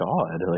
God